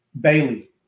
Bailey